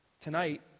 tonight